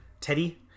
Teddy